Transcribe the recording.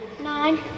Nine